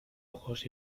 ojos